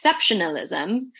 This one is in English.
exceptionalism